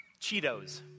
Cheetos